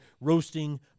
roasting